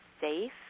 safe